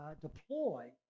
deploy